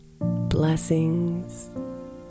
Blessings